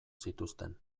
zituzten